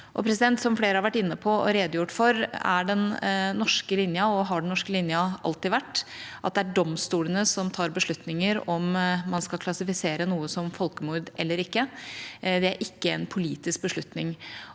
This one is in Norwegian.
Som flere har vært inne på og redegjort for, er og har den norske linja alltid vært at det er domstolene som tar beslutninger om man skal klassifisere noe som folkemord eller ikke. Det er ikke en politisk beslutning.